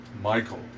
Michael